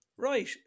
Right